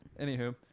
anywho